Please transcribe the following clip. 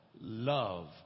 love